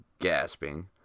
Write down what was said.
gasping